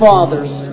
Father's